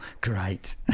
great